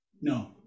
No